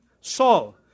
Saul